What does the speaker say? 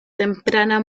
temprana